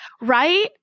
Right